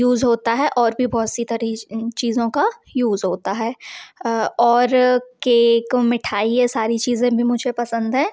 use होता है और भी बहुत सी तरह चीज़ों का यूज़ होता है और केक मिठाई ये सारी चीज़ें भी मुझे पसंद है